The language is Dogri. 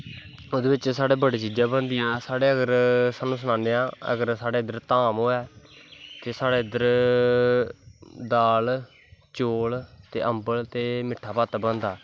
ओह्दे बिच्च बड़ी चीजा बनदियां तोआनू सनाने आं अगर साढ़े इद्धर धाम होऐ साढ़ै इद्धर दास ते चौसते अम्बल ते मिट्ठा भत्त बनदा